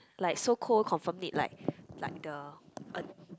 like so called confirm it like like the